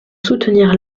soutenir